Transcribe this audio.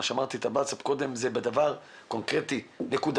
מה שאמרתי לגבי הווטאטס אפ קודם זה דבר קונקרטי ונקודתי,